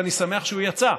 ואני שמח שהוא יצא,